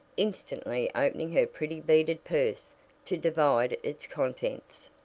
instantly opening her pretty beaded purse to divide its contents.